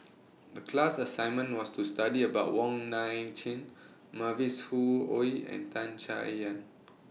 The class assignment was to study about Wong Nai Chin Mavis Khoo Oei and Tan Chay Yan